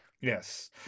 yes